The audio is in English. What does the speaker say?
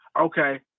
Okay